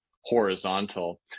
horizontal